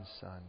Son